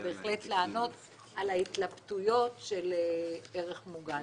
בהחלט לענות על ההתלבטויות של ערך מוגן.